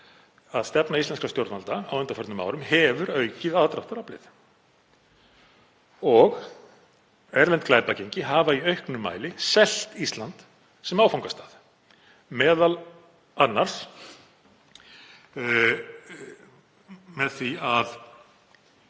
að stefna íslenskra stjórnvalda á undanförnum árum hefur aukið aðdráttaraflið. Erlend glæpagengi hafa í auknum mæli selt Ísland sem áfangastað, m.a. með því að